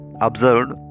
observed